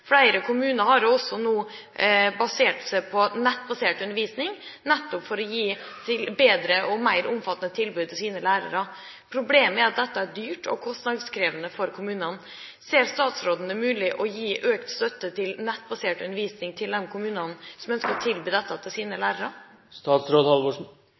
Flere kommuner har nå basert seg på nettbasert undervisning, nettopp for å gi et bedre og mer omfattende tilbud til sine lærere. Problemet er at dette er dyrt og kostnadskrevende for kommunene. Ser statsråden det mulig å gi økt støtte til nettbasert undervisning til de kommunene som ønsker å tilby dette til sine